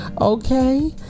okay